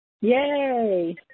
Yay